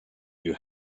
you